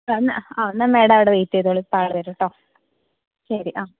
ആ എന്നാൽ ആ എന്നാൽ മാഡം അവിടെ വെയിറ്റ് ചെയ്തോളൂ ഇപ്പം ആൾ വരും കേട്ടോ ശരി ആ